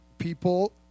People